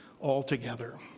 altogether